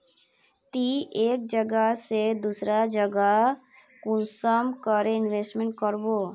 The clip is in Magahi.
ती एक जगह से दूसरा जगह कुंसम करे इन्वेस्टमेंट करबो?